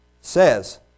says